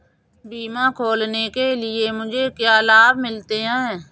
बीमा खोलने के लिए मुझे क्या लाभ मिलते हैं?